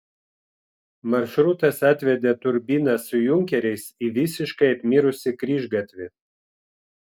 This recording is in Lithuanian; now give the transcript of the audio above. maršrutas atvedė turbiną su junkeriais į visiškai apmirusį kryžgatvį